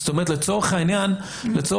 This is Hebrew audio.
זאת